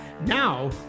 Now